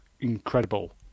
incredible